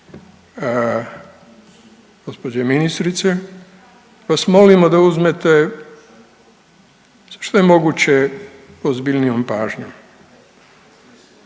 Hvala.